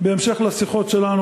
בהמשך לשיחות שלנו,